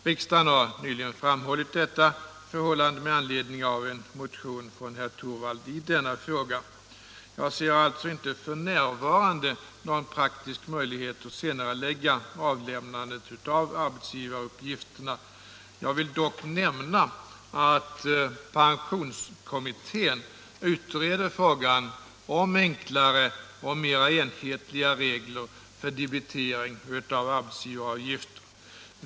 Riksdagen har nyligen framhållit detta förhållande med anledning av en motion från herr Torwald i denna fråga. Jag ser alltså inte f.n. någon praktisk möjlighet att senarelägga avlämnandet av arbetsgivaruppgifterna. Jag vill dock nämna att pensionskommittén utreder frågan om enklare och mer enhetliga regler för debitering av arbetsgivaravgifter.